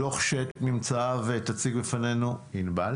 הדוח שאת ממצאיו תציג בפנינו ענבל